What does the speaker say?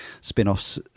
spin-offs